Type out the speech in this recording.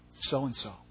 so-and-so